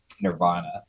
Nirvana